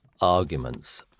arguments